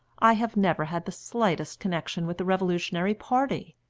i have never had the slightest connection with the revolutionary party.